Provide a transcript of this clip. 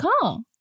call